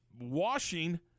washing